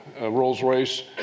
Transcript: Rolls-Royce